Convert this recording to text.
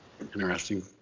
Interesting